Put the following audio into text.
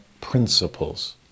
principles